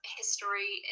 history